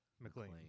McLean